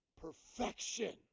perfection